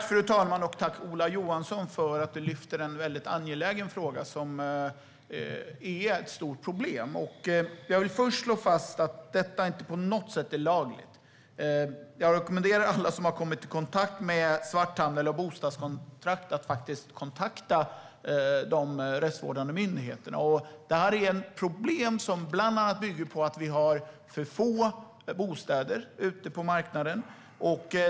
Fru talman! Tack, Ola Johansson, för att du lyfter en väldigt angelägen fråga! Detta är ett stort problem. Jag vill först slå fast att detta inte på något sätt är lagligt. Jag rekommenderar alla som har kommit i kontakt med svarthandel när det gäller bostadskontrakt att kontakta de rättsvårdande myndigheterna. Det här är ett problem som bland annat bygger på att vi har för få bostäder på marknaden.